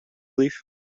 leaf